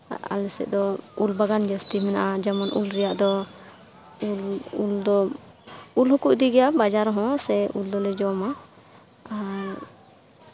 ᱟᱞᱮ ᱥᱮᱫ ᱫᱚ ᱩᱞ ᱵᱟᱜᱟᱱ ᱡᱟᱹᱥᱛᱤ ᱢᱮᱱᱟᱜᱼᱟ ᱡᱮᱢᱚᱱ ᱩᱞ ᱨᱮᱭᱟᱜ ᱫᱚ ᱩᱞ ᱫᱚ ᱩᱞ ᱦᱚᱸᱠᱚ ᱤᱫᱤ ᱜᱮᱭᱟ ᱵᱟᱡᱟᱨ ᱦᱚᱸ ᱥᱮ ᱩᱞ ᱫᱚᱞᱮ ᱡᱚᱢᱟ ᱟᱨ